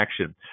action